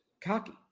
cocky